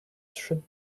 should